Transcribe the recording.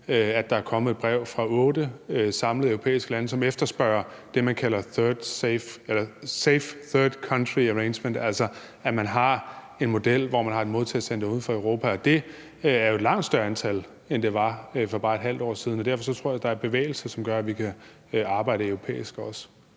at der er kommet et samlet brev fra otte europæiske lande, som efterspørger det, man kalder safe third country arrangements, altså at man har en model, hvor man har et modtagecenter uden for Europa. Det er jo et langt større antal, end det var for bare et halvt år siden, og derfor tror jeg, der er en bevægelse, som gør, at vi kan arbejde europæisk også.